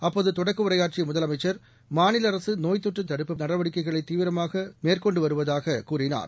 அப்போது தொடக்க உரையாற்றிய முதலமைச்சர் மாநில அரசு நோய் தொற்று தடுப்பு நடவடிக்கைகளை தீவிரமாக மேற்கொண்டு வருவதாகக் கூறினார்